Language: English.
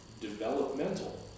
developmental